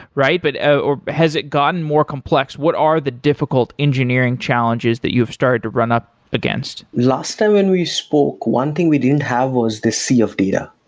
right? but ah or has it gotten more complex? what are the difficult engineering challenges that you have started to run up against? last time when we spoke, one thing we didn't have was the sea of data.